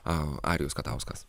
a arijus katauskas